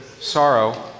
sorrow